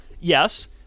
yes